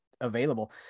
available